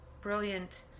brilliant